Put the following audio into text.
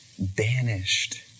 banished